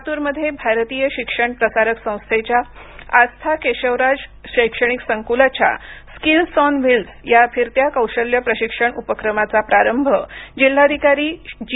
लातूरमध्ये भारतीय शिक्षण प्रसारक संस्थेच्या आस्था केशवराज शैक्षणिक संकुलाच्या स्किल ऑन व्हिल्स या फिरत्या कौशल्य प्रशिक्षण उपक्रमाचा प्रारंभ जिल्हाधिकारी जी